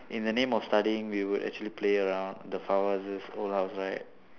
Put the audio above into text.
in the name of studying we would actually play around the houses old house right